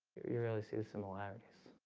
you really see the similarities